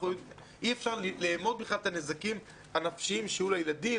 אי-אפשר לאמוד בכלל את הנזקים הנפשיים שיהיו לילדים,